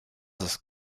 ist